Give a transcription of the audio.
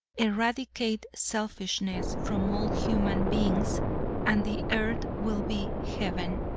eradicate selfishness from all human beings and the earth will be heaven.